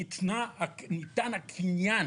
ניתן הקניין